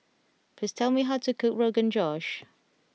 please tell me how to cook Rogan Josh